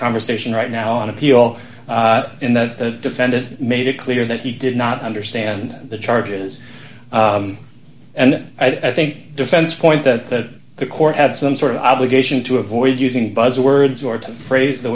conversation right now on appeal in the defendant made it clear that he did not understand the charges and i think defense point that the court had some sort of obligation to avoid using buzz words or to phrase the